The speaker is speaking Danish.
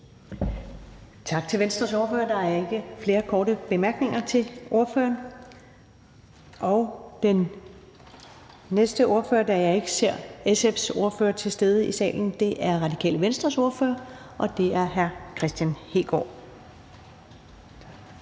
Tak til Venstres ordfører. Der er ikke flere korte bemærkninger til ordføreren. Og da jeg ikke ser SF's ordfører være til stede i salen, er den næste ordfører Radikale Venstres ordfører, og det er hr. Kristian Hegaard.